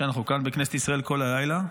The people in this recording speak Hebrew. שאנחנו כאן בכנסת ישראל כל הלילה,